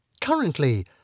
Currently